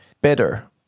better